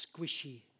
squishy